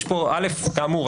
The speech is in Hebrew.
יש פה א' כאמור,